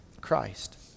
Christ